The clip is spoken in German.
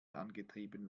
angetrieben